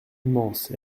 immense